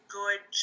good